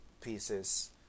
pieces